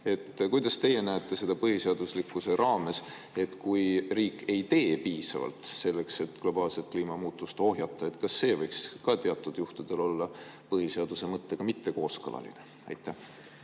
kuidas teie näete seda põhiseaduslikkuse raames – kui riik ei tee piisavalt selleks, et globaalset kliimamuutust ohjata, siis kas see võiks ka teatud juhtudel põhiseaduse mõttega mitte kooskõlas olla? Aitäh!